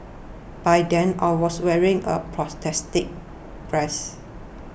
by then I was wearing a prosthetic breast